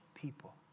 People